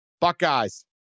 Buckeyes